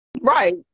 Right